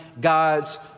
God's